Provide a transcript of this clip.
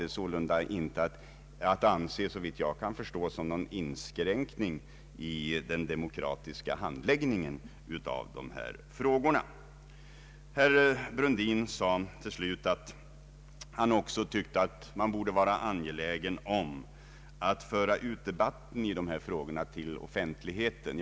Detta kan man inte, såvitt jag kan förstå, anse som en inskränkning i den demokratiska handläggningen av dessa frågor. Herr Brundin sade till slut att han också tyckte att man borde vara angelägen om att föra ut debatten i dessa frågor till offentligheten.